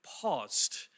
paused